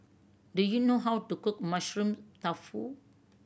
do you know how to cook Mushroom Tofu